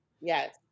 Yes